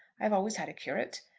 i have always had a curate.